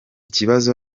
kibazo